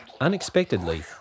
Unexpectedly